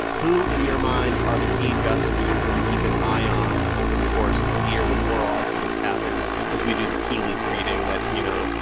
who, in your mind, are the key justices to keep an eye on over the course of the year when oral arguments happen as we do the tea leaf reading that, you know,